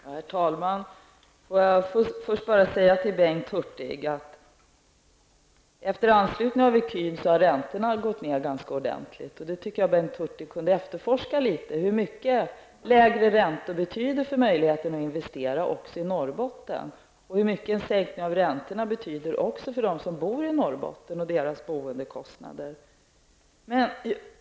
Herr talman! Får jag först säga till Bengt Hurtig att efter anknytningen till ecun har räntorna gått ned ganska ordentligt. Jag tycker att Bengt Hurtig något kunde efterforska hur mycket lägre räntor betyder också i Norrbotten för möjligheterna att investera liksom också hur mycket en sänkning av räntorna betyder för dem som bor där och för deras boendekostnader.